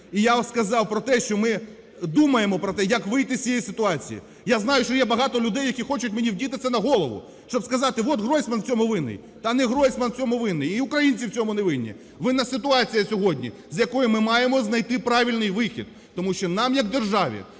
І я сказав про те, що ми думаємо про те, як вийти з цієї ситуації. Я знаю, що є багато людей, які хочуть мені вдіти це на голову, щоб сказати, от Гройсман в цьому винен. Та не Гройсман в цьому винен і українці в цьому не винні. Винна ситуація сьогодні, з якою ми маємо знайти правильний вихід, тому що нам як державі,